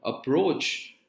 approach